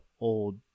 old